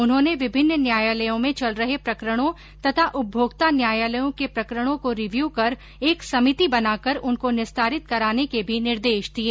उन्होंने विभिन्न न्यायालयों में चल रहे प्रकरणों तथा उपभोक्ता न्यायालयों के प्रकरणों को रिव्यू कर एक समिति बनाकर उनको निस्तारित कराने के भी निर्देश दिए